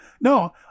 No